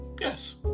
yes